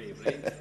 בעברית?